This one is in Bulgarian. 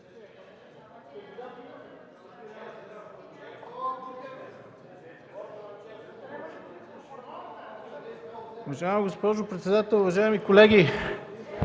Уважаема госпожо председател, уважаеми колеги